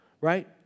right